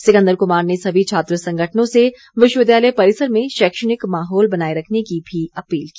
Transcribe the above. सिकंदर कुमार ने सभी छात्र संगठनों से विश्वविद्यालय परिसर में शैक्षणिक माहौल बनाए रखने की भी अपील की